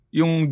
yung